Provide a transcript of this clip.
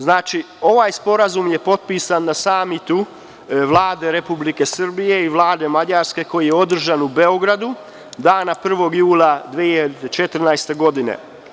Znači, ovaj sporazum je potpisan na Samitu Vlade Republike Srbije i Vlade Mađarske, koji je održan u Beogradu, dana 1. jula 2014. godine.